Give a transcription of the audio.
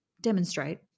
demonstrate